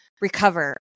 recover